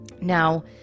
Now